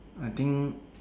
I think